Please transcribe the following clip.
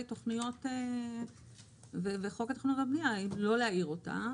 תוכניות לחוק התכנון והבנייה או להעיר אותן